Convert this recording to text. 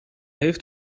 heeft